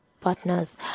partners